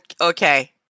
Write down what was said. Okay